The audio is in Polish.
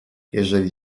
jeżeli